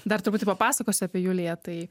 dar truputį papasakosiu apie juliją tai